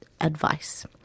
advice